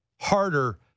harder